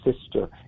sister